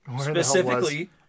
specifically